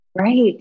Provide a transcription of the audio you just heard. Right